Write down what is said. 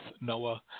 Noah